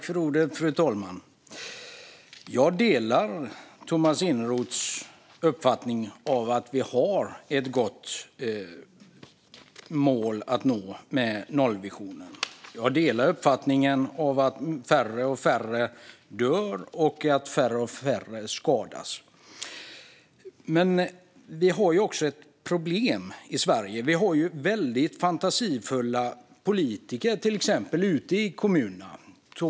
Fru talman! Jag delar Tomas Eneroths uppfattning att vi har ett gott mål att nå med nollvisionen. Jag delar uppfattningen att färre och färre dör och att färre och färre skadas. Men vi har också problem i Sverige. Vi har till exempel väldigt fantasifulla politiker ute i kommunerna.